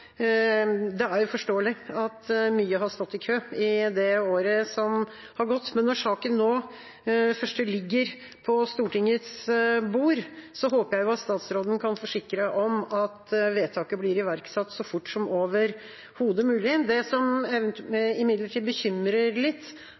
Det er jo forståelig at mye har stått i kø i året som har gått, men når saken nå først ligger på Stortingets bord, håper jeg at statsråden kan forsikre om at vedtaket blir iverksatt så fort som overhodet mulig. Det som